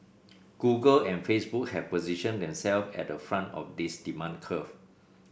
google and Facebook have positioned themselves at the front of this demand curve